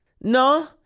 No